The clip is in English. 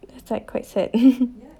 that's like quite sad